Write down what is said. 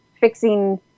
fixing